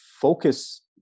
focus